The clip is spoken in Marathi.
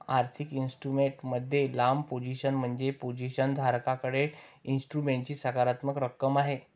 आर्थिक इन्स्ट्रुमेंट मध्ये लांब पोझिशन म्हणजे पोझिशन धारकाकडे इन्स्ट्रुमेंटची सकारात्मक रक्कम आहे